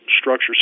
structure